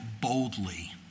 boldly